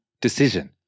decision